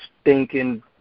stinking